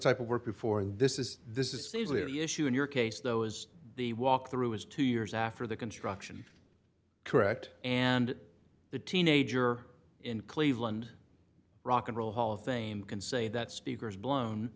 type of work before this is this is easily the issue in your case though as the walkthrough is two years after the construction correct and the teenager in cleveland rock and roll hall of fame can say that speakers blown